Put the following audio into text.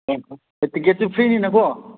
ꯇꯤꯛꯀꯦꯠꯁꯨ ꯐ꯭ꯔꯤꯅꯤꯅꯀꯣ